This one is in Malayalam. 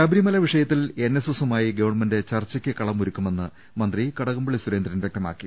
ശബരിമല വിഷയത്തിൽ എൻ എസ് എസുമായി ഗ്വൺമെന്റ് ചർച്ചയ്ക്ക് കളമൊരുക്കുമെന്ന് മന്ത്രി കടകംപള്ളി സുരേന്ദ്രൻ വ്യക്തമാക്കി